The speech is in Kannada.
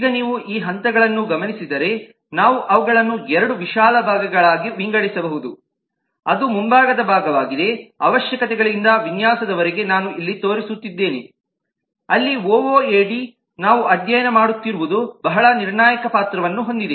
ಈಗ ನೀವು ಈ ಹಂತಗಳನ್ನು ಗಮನಿಸಿದರೆ ನಾವು ಅವುಗಳನ್ನು 2 ವಿಶಾಲ ಭಾಗಗಳಾಗಿ ವಿಂಗಡಿಸಬಹುದು ಅದು ಮುಂಭಾಗದ ಭಾಗವಾಗಿದೆ ಅವಶ್ಯಕತೆಗಳಿಂದ ವಿನ್ಯಾಸದವರೆಗೆ ನಾನು ಇಲ್ಲಿ ತೋರಿಸುತ್ತಿದ್ದೇನೆ ಅಲ್ಲಿ ಒಒಎಡಿ ನಾವು ಅಧ್ಯಯನ ಮಾಡುತ್ತಿರುವುದು ಬಹಳ ನಿರ್ಣಾಯಕ ಪಾತ್ರವನ್ನು ಹೊಂದಿದೆ